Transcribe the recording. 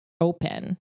open